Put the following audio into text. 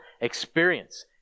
experience